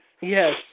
Yes